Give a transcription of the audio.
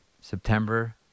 September